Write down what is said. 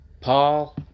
Paul